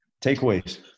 takeaways